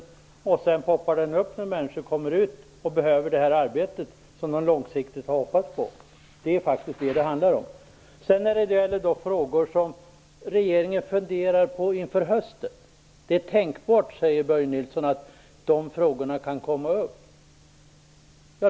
Sedan poppar den upp när människor kommer ut och behöver det arbete som de långsiktigt hoppats på. Det är vad det handlar om. Sedan gällde det frågorna som regeringen funderar på inför hösten. Det är tänkbart att de kan komma upp, sade Börje Nilsson.